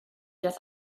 doth